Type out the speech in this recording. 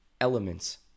elements